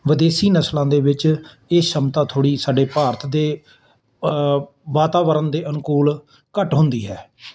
ਵਿਦੇਸ਼ੀ ਨਸਲਾਂ ਦੇ ਵਿੱਚ ਇਹ ਸ਼ਮਤਾ ਥੋੜ੍ਹੀ ਸਾਡੇ ਭਾਰਤ ਦੇ ਵਾਤਾਵਰਨ ਦੇ ਅਨੁਕੂਲ ਘੱਟ ਹੁੰਦੀ ਹੈ